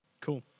cool